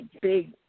big